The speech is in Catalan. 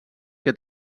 que